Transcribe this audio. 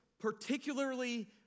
particularly